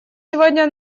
сегодня